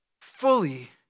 Fully